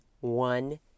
one